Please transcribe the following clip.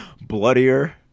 bloodier